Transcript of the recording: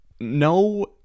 no